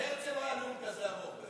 להרצל לא היה נאום כזה ארוך,